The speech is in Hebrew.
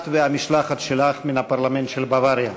את והמשלחת שלך מהפרלמנט של בוואריה.